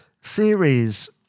series